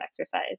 exercise